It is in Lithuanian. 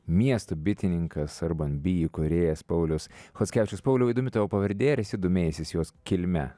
miesto bitininkas urban bee įkūrėjas paulius chockevičius pauliau įdomi tavo pavardė ar esi domėjęsis jos kilme